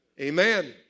Amen